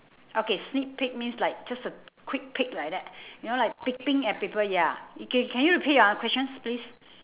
okay sneak peek means like just a quick peek like that you know like peeping at people ya okay can you repeat your questions please